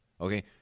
okay